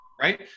right